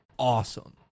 awesome